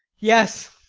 yes.